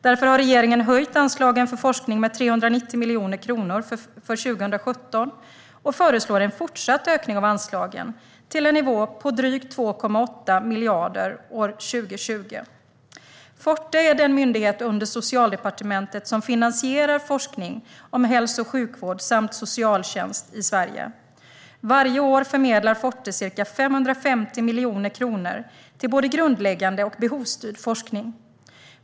Därför har regeringen höjt anslagen för forskning med 390 miljoner kronor för 2017 och föreslår en fortsatt ökning av anslagen till en nivå på drygt 2,8 miljarder år 2020. Forte är den myndighet under Socialdepartementet som finansierar forskning om hälso och sjukvård samt socialtjänst i Sverige. Varje år förmedlar Forte ca 550 miljoner kronor till både grundläggande och behovsstyrd forskning.